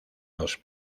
los